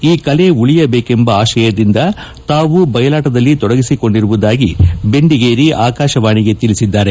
ಈ ಕಲೆ ಉಳಿಯಬೇಕೆಂಬ ಆಶಯದಿಂದ ತಾವು ಬಯಲಾಟದಲ್ಲಿ ತೊಡಗಿಸಿಕೊಂಡಿರುವುದಾಗಿ ಬೆಂಡಿಗೇರಿ ಆಕಾಶವಾಣಿಗೆ ತಿಳಿಸಿದ್ದಾರೆ